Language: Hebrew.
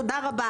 תודה רבה,